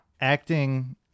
acting